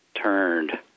turned